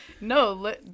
No